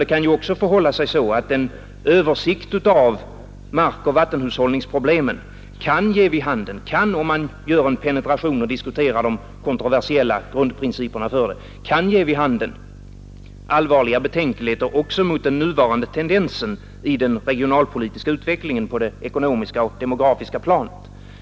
Det kan också förhålla sig så att en översikt av markoch vattenhushållningsproblemen — om man gör en penetration och diskuterar de kontroversiella grundprinciperna — kan ge vid handen allvarliga betänkligheter också mot den nuvarande tendensen i den regionalpolitiska utvecklingen på det ekonomiska och demografiska planet.